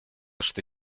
что